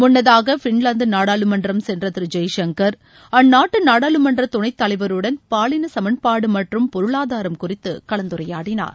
முன்னதாக பின்லாந்து நாடாளுமன்றம் சென்ற திரு ஜெய்சங்கர் அந்நாட்டு நாடாளுமன்ற துணைத் தலைவருடன் பாலின சமன்பாடு மற்றும் பொருளாதாரம் குறித்து கலந்துரையாடினார்